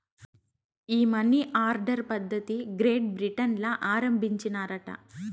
ఈ money order పద్ధతిది Great Britain ల ఆరంబించినారట